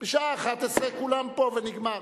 בשעה 11:00 כולם פה ונגמר.